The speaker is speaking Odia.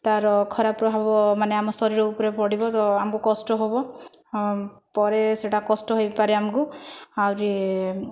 ତାର ଖରାପ ପ୍ରବାହ ମାନେ ଆମ ଶରୀର ଉପରେ ପଡ଼ିବ ତ ଆମକୁ କଷ୍ଟ ହେବା ପରେ ସେଇଟା କଷ୍ଟ ହୋଇପାରେ ଆମକୁ ଆହୁରି